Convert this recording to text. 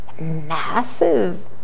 massive